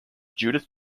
judith